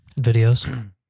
Videos